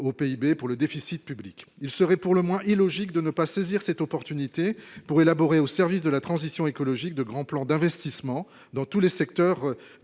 PIB pour le déficit public, il serait pour le moins illogique de ne pas saisir cette opportunité pour élaborer, au service de la transition écologique de grand plan d'investissement dans tous les secteurs de